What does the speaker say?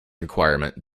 requirement